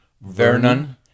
Vernon